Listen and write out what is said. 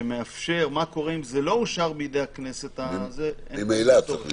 שמאפשר מה קורה אם זה לא אושר בידי הכנסת- -- ממילא צריך להשתנות.